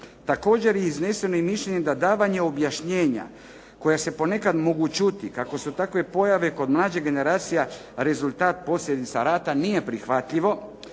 Također je izneseno i mišljenje da davanje objašnjenja koja su ponekad mogu čuti kako su takve pojave kod mlađih generacija rezultat, posljedica rata nije prihvatljivo